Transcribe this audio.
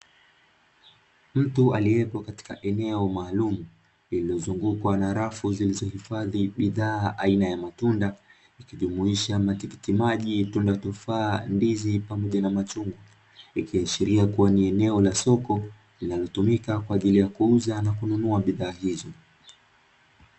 Mtu aliyepo katika eneo maalum, lililozungukwa na rafu zilizohifadhi bidhaa aina ya matunda, ikijumuisha matikiti maji tunda tufaa, ndizi pamoja na machungwa, ikiashiria kuwa ni eneo la soko linalotumika kwa ajili ya kuuza na kununua bidhaa hizo.